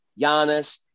Giannis